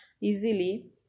easily